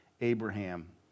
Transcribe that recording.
Abraham